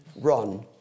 Run